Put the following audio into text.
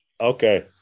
Okay